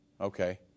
Okay